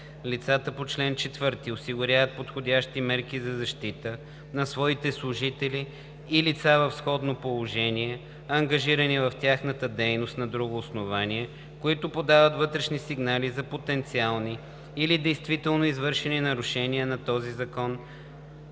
Лицата по чл. 4 осигуряват подходящи мерки за защита на своите служители и лица в сходно положение, ангажирани в тяхната дейност на друго основание, които подават вътрешни сигнали за потенциални или действително извършени нарушения на този закон,